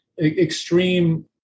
extreme